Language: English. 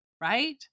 Right